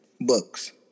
books